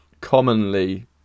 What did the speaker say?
commonly